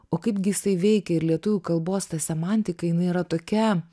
o kaip gi jisai veikia ir lietuvių kalbos ta semantika jinai yra tokia